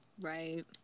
Right